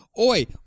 Oi